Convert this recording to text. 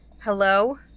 Hello